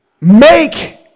make